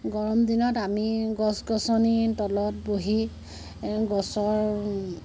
গৰম দিনত আমি গছ গছনিৰ তলত বহি গছৰ